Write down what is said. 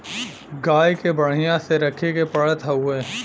गाय के बढ़िया से रखे के पड़त हउवे